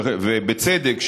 ובצדק,